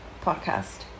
podcast